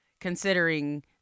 Considering